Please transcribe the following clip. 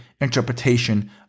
interpretation